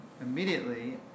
immediately